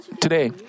today